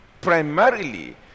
Primarily